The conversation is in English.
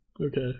Okay